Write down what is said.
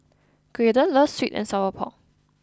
Graydon loves Sweet and Sour Pork